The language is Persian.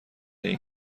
این